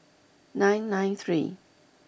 nine nine three